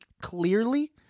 clearly